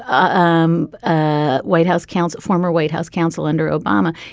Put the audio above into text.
um um ah white house counsel, former white house counsel under obama,